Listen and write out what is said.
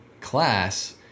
class